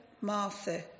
Martha